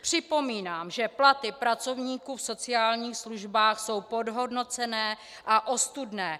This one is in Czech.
Připomínám, že platy pracovníků v sociálních službách jsou podhodnocené a ostudné.